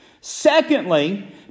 Secondly